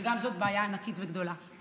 גם זאת בעיה ענקית וגדלה.